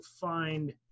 find